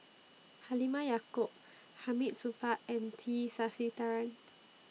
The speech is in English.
Halimah Yacob Hamid Supaat and T Sasitharan